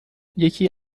یکی